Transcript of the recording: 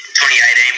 2018